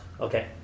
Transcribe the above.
Okay